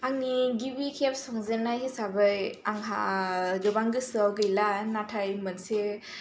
आंनि गिबि खेब संजेननाय हिसाबै आंहा गोबां गोसोआव गैला नाथाय मोनसे